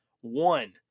one